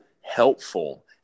helpful